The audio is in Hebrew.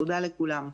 תודה לכולם.